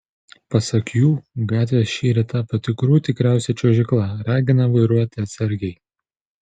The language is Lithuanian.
pasak jų gatvės šįryt tapo tikrų tikriausia čiuožykla ragina vairuoti atsargiai